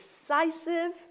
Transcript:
decisive